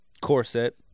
Corset